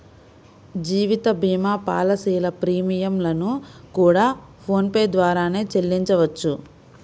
జీవిత భీమా పాలసీల ప్రీమియం లను కూడా ఫోన్ పే ద్వారానే చెల్లించవచ్చు